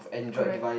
correct